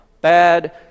bad